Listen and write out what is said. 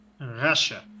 Russia